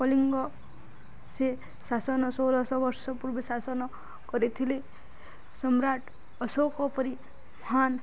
କଲିଙ୍ଗ ସେ ଶାସନ ଷୋଳଶହ ବର୍ଷ ପୂର୍ବେ ଶାସନ କରିଥିଲେ ସମ୍ରାଟ ଅଶୋକ ପରି ମହାନ